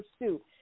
pursue